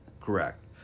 Correct